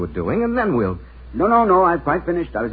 were doing and then we'll no no no i buy finished i was